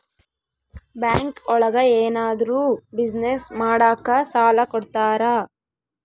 bank ಒಳಗ ಏನಾದ್ರೂ business ಮಾಡಾಕ ಸಾಲ ಕೊಡ್ತಾರ